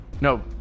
No